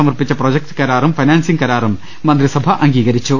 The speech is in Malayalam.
സമർപ്പിച്ച പ്രൊജക്റ്റ് കരാറും ഫൈനാൻസിങ് കരാറും മന്ത്രിസഭ അംഗീകരി ച്ചു